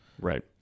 Right